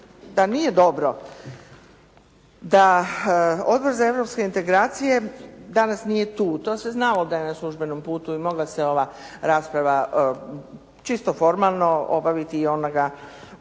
da nije dobro da Odbor za europske integracije danas nije tu, to se znalo da je na službenom putu i mogla se ova rasprava čisto formalno obaviti u onoj sjednici